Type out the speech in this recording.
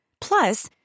Plus